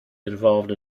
involved